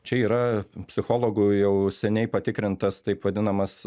čia yra psichologų jau seniai patikrintas taip vadinamas